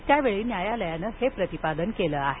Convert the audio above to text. त्यावेळी न्यायालयानं हे प्रतिपादन केलं आहे